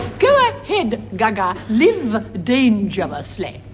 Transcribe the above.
go ahead, gaga, live dangerously.